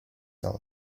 all